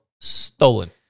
Stolen